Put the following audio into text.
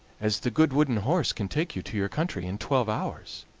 as the good wooden horse can take you to your country in twelve hours.